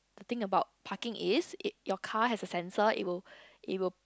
the thing about parking is it your car has a sensor it will it will